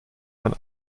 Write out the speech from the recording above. man